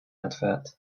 advert